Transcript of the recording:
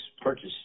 purchase